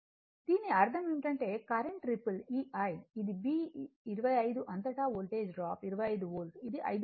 దీని అర్థం ఏమిటంటే కరెంట్ రిపుల్ ఈ I ఇది b 25 అంతటా వోల్టేజ్ డ్రాప్ 25 వోల్ట్ ఇది 5